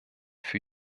für